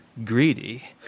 greedy